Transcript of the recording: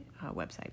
website